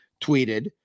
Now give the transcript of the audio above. tweeted